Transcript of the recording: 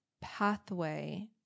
pathway